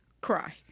cry